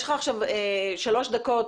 יש לך עכשיו שלוש דקות,